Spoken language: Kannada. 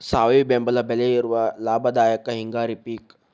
ಸಾವಿ ಬೆಂಬಲ ಬೆಲೆ ಇರುವ ಲಾಭದಾಯಕ ಹಿಂಗಾರಿ ಪಿಕ್